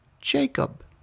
Jacob